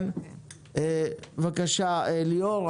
בבקשה ליאור.